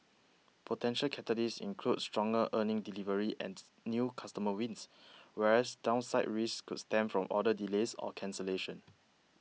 potential catalysts include stronger earnings delivery and new customer wins whereas downside risks could stem from order delays or cancellations